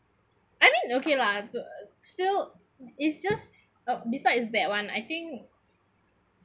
I mean okay lah uh still it's just uh besides that one I think